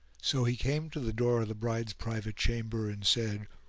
so he came to the door of the bride's private chamber and said,